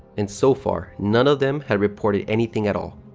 and, so far, none of them had reported anything at all.